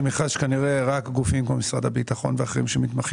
זה מכרז שכנראה רק גופים כמו משרד הביטחון ואחרים שמתמחים